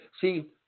See